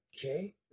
okay